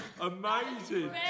amazing